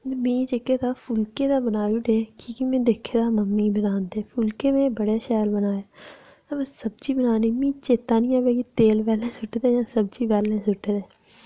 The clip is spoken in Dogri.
में जेह्के तां फुल्के ते बनाई ओड़े की कि में दिक्खे दा मम्मी ई बनांदे फुल्के में बड़े शैल बनाए हां वा सब्जी बनाने ई मी चेत्ता निं आवै कि तेल पैंह्ले सु'टदे जां सब्जी पैह्लें सु'टदे